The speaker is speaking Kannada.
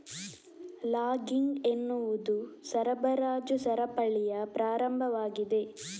ಲಾಗಿಂಗ್ ಎನ್ನುವುದು ಸರಬರಾಜು ಸರಪಳಿಯ ಪ್ರಾರಂಭವಾಗಿದೆ